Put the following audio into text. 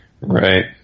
Right